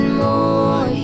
more